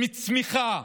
עם צמיחה,